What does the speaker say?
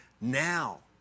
now